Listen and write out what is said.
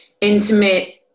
intimate